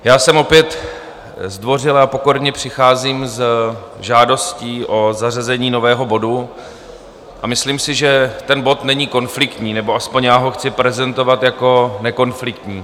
Já sem opět zdvořile a pokorně přicházím s žádostí o zařazení nového bodu, a myslím si, že ten bod není konfliktní, nebo aspoň já ho chci prezentovat jako nekonfliktní.